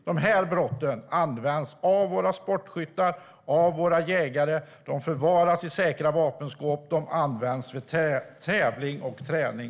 Dessa vapen används av våra sportskyttar och våra jägare. De förvaras i säkra vapenskåp och används vid tävling och träning.